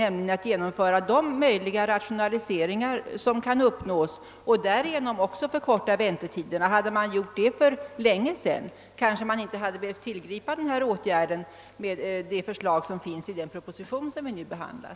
Därvidlag borde de rationaliseringar som kunde uppnås ha varit genomförda, varigenom väntetiden skulle ha kunnat förkortas. Om detta hade genomförts för länge sedan, hade kanske inte denna åtgärd behövt tillgripas med det förslag som innefattas i den proposition vi nu behandlar.